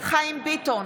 חיים ביטון,